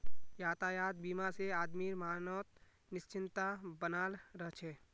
यातायात बीमा से आदमीर मनोत् निश्चिंतता बनाल रह छे